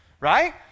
right